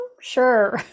Sure